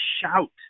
shout